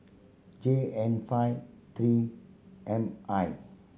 J N five Three M I